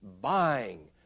buying